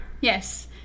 Yes